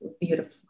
beautiful